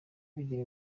bigira